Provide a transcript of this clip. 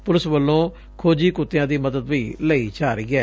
police ਵੱਲੋਂ ਖੋਜੀ ਕੁੱਤਿਆਂ ਦੀ ਮਦਦ ਵੀ ਲਈ ਜਾ ਰਹੀ ਐ